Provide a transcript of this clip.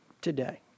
today